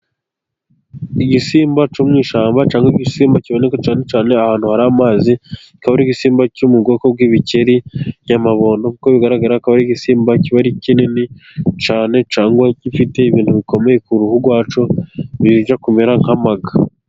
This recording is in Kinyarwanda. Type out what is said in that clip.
Igisimba cyo mu ishyamba, cyangwa igisimba kiboneka cyane cyane, ahantu hari amazi, kikaba ari igisimba cyo mu bwoko bw'ibikeri nyamabondo, nk'uko bigaragara akaba ari igisimba kiba ari kinini cyane cyane, gifite ibintu bikomeye ku ruhu rwacyo, bijya kumera nk'amaga.